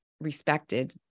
respected